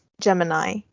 Gemini